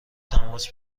تماس